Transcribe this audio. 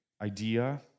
idea